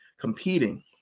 competing